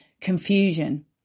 Confusion